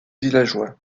villageois